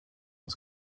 ens